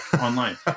online